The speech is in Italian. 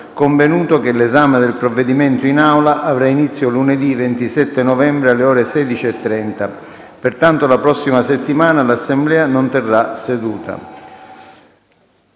convenuto che l'esame del provvedimento in Aula avrà inizio lunedì 27 novembre, alle ore 16,30. Pertanto la prossima settimana l'Assemblea non terrà seduta.